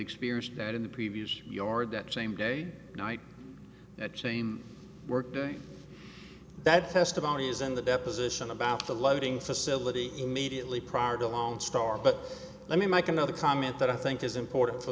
experienced that in the previous yard that same day night that chain worked that testimony is in the deposition about the loading facility immediately prior to lonestar but let me make another comment that i think is important for